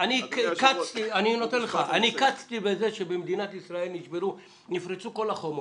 --- אני קצתי בזה שבמדינת ישראל נפרצו כל החומות,